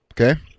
Okay